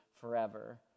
forever